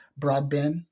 broadband